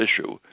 issue